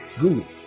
good